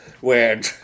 weird